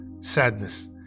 sadness